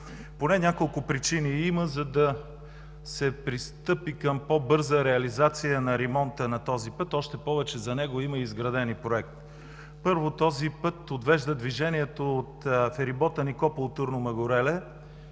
поне няколко причини, за да се пристъпи към по-бърза реализация на ремонта на този път, още повече за него има изграден и проект. Първо, този път отвежда движението от ферибота Никопол – Турну Мъгуреле